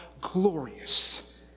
glorious